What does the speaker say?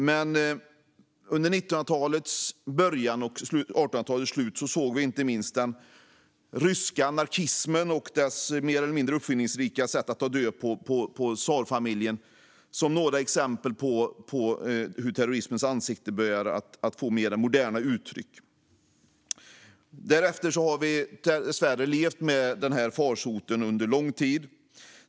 Under 1800-talets slut och 1900-talets början såg vi inte minst den ryska anarkismen och dess mer eller mindre uppfinningsrika sätt att ta död på tsarfamiljen som ett exempel på hur terrorismens ansikte började att få mer moderna uttryck. Därefter har vi dessvärre levt med den här farsoten under lång tid.